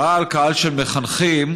הקהל, קהל של מחנכים,